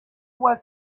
was